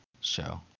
show